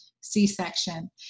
c-section